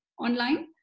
online